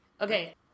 Okay